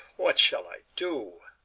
what shall i do?